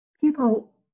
People